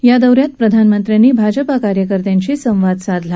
या दौ यात प्रधानमंत्र्यांनी भाजपा कार्यकर्त्यांशी संवाद साधला